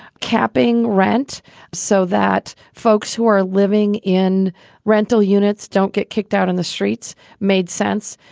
capping rent so that folks who are living in rental units don't get kicked out on the streets made sense.